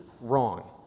wrong